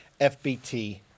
FBT